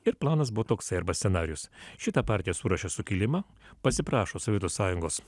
ir planas buvo toksai arba scenarijus šita partija suruošia sukilimą pasiprašo sovietų sąjungos